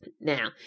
Now